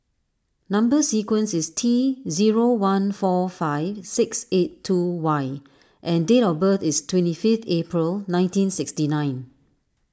Number Sequence is T zero one four five six eight two Y and date of birth is twenty fifth April nineteen sixty nine